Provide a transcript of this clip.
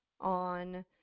on